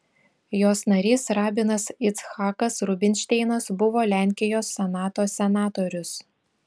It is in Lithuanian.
jos narys rabinas icchakas rubinšteinas buvo lenkijos senato senatorius